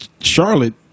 Charlotte